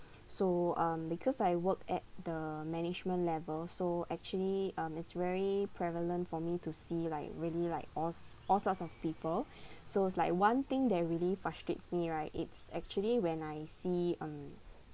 so um because I work at the management level so actually um it's very prevalent for me to see like really like all all sorts of people so it's like one thing that really frustrates me right it's actually when I see um